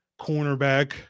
cornerback